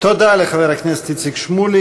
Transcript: תודה לחבר הכנסת איציק שמולי.